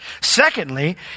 Secondly